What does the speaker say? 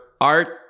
art